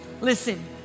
listen